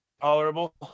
tolerable